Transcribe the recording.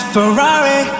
Ferrari